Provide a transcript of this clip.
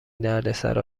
دردسرا